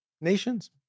Nations